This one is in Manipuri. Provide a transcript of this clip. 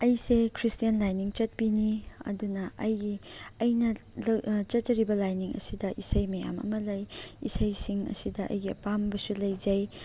ꯑꯩꯁꯦ ꯈ꯭ꯔꯤꯁꯇꯦꯟ ꯂꯥꯏꯅꯤꯡ ꯆꯠꯄꯤꯅꯤ ꯑꯗꯨꯅ ꯑꯩꯒꯤ ꯑꯩꯅ ꯆꯠꯆꯔꯤꯕ ꯂꯥꯏꯅꯤꯡ ꯑꯁꯤꯗ ꯏꯁꯩ ꯃꯌꯥꯝ ꯑꯃ ꯂꯩ ꯏꯁꯩꯁꯤꯡ ꯑꯁꯤꯗ ꯑꯩꯒꯤ ꯑꯄꯥꯝꯕꯁꯨ ꯂꯩꯖꯩ